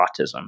autism